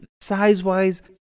size-wise